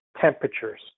temperatures